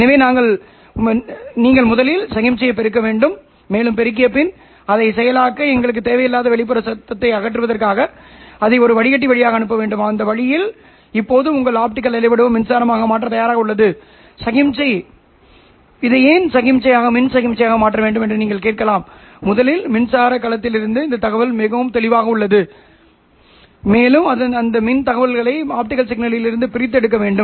எனவே நீங்கள் முதலில் சமிக்ஞையை பெருக்க வேண்டும் மேலும் பெருக்கிய பின் அதை செயலாக்க எங்களுக்குத் தேவையில்லாத வெளிப்புற சத்தத்தை அகற்றுவதற்காக அதை ஒரு வடிகட்டி வழியாக அனுப்ப வேண்டும் இந்த வழியில் இப்போது உங்கள் ஆப்டிகல் அலைவடிவம் மின்சாரமாக மாற்ற தயாராக உள்ளது சமிக்ஞை இதை ஏன் மின் சமிக்ஞையாக மாற்ற வேண்டும் என்று நீங்கள் கேட்கலாம் முதலில் மின்சார களத்தில் இருந்த தகவல் மிகவும் தெளிவாக உள்ளது மேலும் அந்த மின் தகவல்களை ஆப்டிகல் சிக்னல்களிலிருந்து பிரித்தெடுக்க வேண்டும்